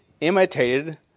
imitated